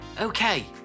Okay